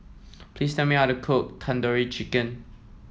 please tell me how to cook Tandoori Chicken